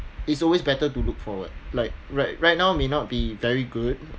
it's always better to look forward like right right now may not be very good